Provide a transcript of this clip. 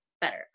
better